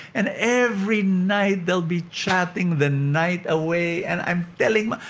and every night, they'll be chatting the night away. and i'm telling.